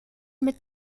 mit